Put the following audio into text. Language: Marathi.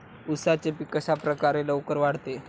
उसाचे पीक कशाप्रकारे लवकर वाढते?